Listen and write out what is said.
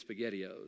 SpaghettiOs